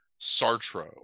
Sartre